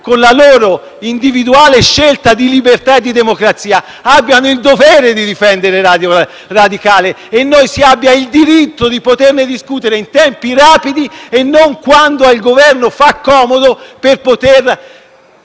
con la loro individuale scelta di libertà e democrazia, abbiano il dovere di difendere Radio Radicale e noi si abbia il diritto di discuterne in tempi rapidi, non quando fa comodo al Governo,